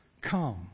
come